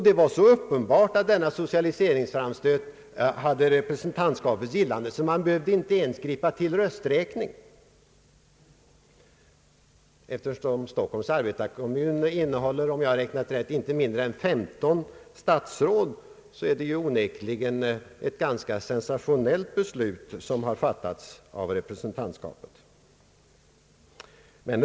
Det var så uppenbart att denna socialiseringsframstöt hade representantskapets gillande, att man inte ens behövde gripa till rösträkning. Eftersom i Stockholms arbetarekommun ingår — om jag har räknat rätt — inte mindre än 15 statsråd, är det onekligen ett ganska sensationellt beslut som har fattats av representantskapet.